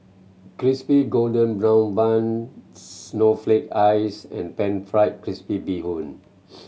Crispy Golden Brown Bun snowflake ice and Pan Fried Crispy Bee Hoon